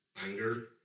anger